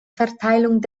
verteilung